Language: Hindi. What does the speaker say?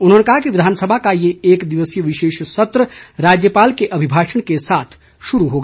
उन्होंने कहा कि विधानसभा का ये एक दिवसीय विशेष सत्र राज्यपाल के अभिभाषण के साथ शुरू होगा